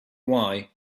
why